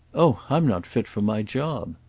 oh i'm not fit for my job!